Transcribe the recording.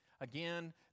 Again